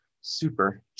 super